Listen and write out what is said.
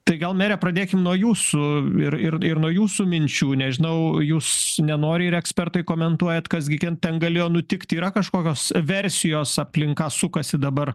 tai gal mere pradėkim nuo jūsų ir ir ir nuo jūsų minčių nežinau jūs nenori ir ekspertai komentuojat kas gi ten ten galėjo nutikti yra kažkokios versijos aplink ką sukasi dabar